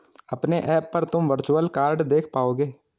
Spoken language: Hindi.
अपने ऐप पर तुम वर्चुअल कार्ड देख पाओगे